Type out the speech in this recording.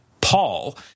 Paul